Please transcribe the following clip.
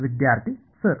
ವಿದ್ಯಾರ್ಥಿ ಸರ್